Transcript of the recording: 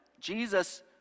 Jesus